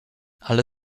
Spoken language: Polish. ale